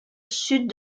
sud